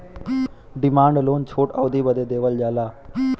demand loan छोट अवधी बदे देवल जाला